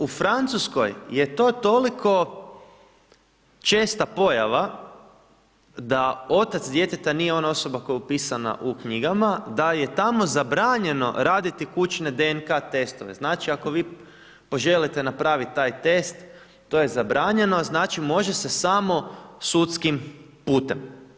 U Francuskoj je to toliko česta pojava da otac djeteta nije ona osoba koja je upisana u knjigama, da je tamo zabranjeno raditi kućne DNK testove. znači, ako vi poželite napraviti taj test, to je zabranjeno, znači može se samo sudskim putem.